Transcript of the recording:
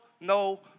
no